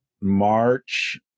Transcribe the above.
March